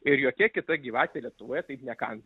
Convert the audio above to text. ir jokia kita gyvatė lietuvoje taip nekanda